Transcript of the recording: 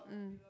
mm